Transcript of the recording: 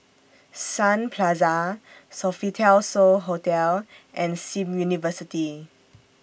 Sun Plaza Sofitel So Hotel and SIM University